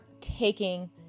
taking